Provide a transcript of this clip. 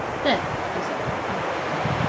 there, he said, turning to her,